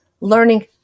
learning